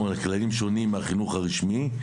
הכללים שונים מהחינוך הרשמי.